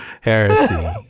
heresy